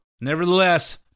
nevertheless